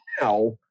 now